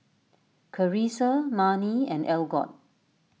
Charissa Marni and Algot